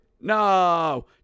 No